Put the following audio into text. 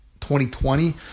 2020